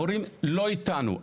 המורים לא איתנו.